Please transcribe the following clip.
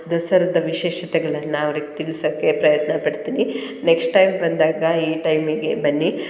ದಸರದ ವಿಶೇಷತೆಗಳನ್ನು ಅವ್ರಿಗೆ ತಿಳ್ಸಕ್ಕೆ ಪ್ರಯತ್ನ ಪಡ್ತೀನಿ ನೆಕ್ಸ್ಟ್ ಟೈಮ್ ಬಂದಾಗ ಈ ಟೈಮಿಗೆ ಬನ್ನಿ